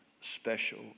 special